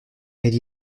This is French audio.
elle